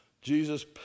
Jesus